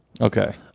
Okay